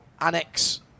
annex